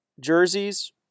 jerseys